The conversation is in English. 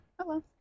hello